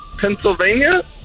Pennsylvania